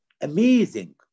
amazing